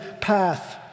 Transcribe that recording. path